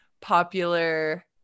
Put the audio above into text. popular